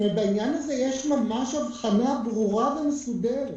בעניין הזה, יש ממש הבחנה ברורה ומסודרת.